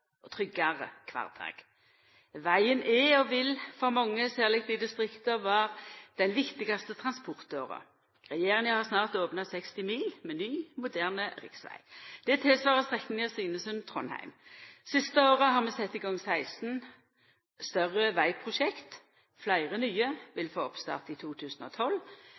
og tryggare kvardag. Vegen er og vil for mange, særleg i distrikta, vera den viktigaste transportåra. Regjeringa har snart opna 60 mil med ny, moderne riksveg. Det tilsvarar strekninga Svinesund–Trondheim. Det siste året har vi sett i gang 16 større vegprosjekt. Fleire nye vil få oppstart i 2012.